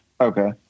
Okay